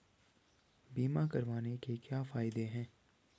बीमा करवाने के क्या फायदे हैं?